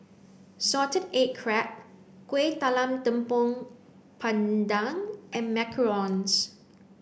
salted egg crab Kueh Talam Tepong Pandan and Macarons